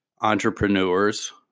entrepreneurs